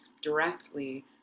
directly